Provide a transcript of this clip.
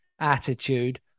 attitude